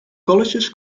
colleges